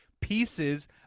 pieces